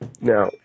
Now